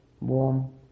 warm